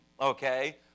okay